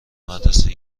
مدرسه